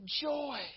joy